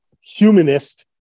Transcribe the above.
humanist